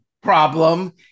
problem